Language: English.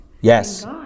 Yes